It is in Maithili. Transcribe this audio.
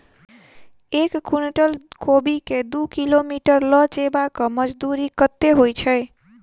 एक कुनटल कोबी केँ दु किलोमीटर लऽ जेबाक मजदूरी कत्ते होइ छै?